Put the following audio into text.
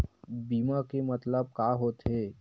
बीमा के मतलब का होथे?